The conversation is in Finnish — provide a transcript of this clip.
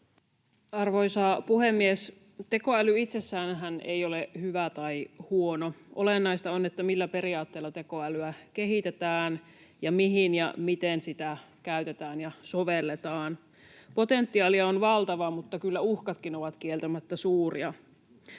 Arvoisa puhemies! Tekoäly itsessäänhän ei ole hyvä tai huono. Olennaista on, millä periaatteella tekoälyä kehitetään ja mihin ja miten sitä käytetään ja sovelletaan. Potentiaali on valtava, mutta kyllä uhkatkin ovat kieltämättä suuria.